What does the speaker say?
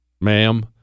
Ma'am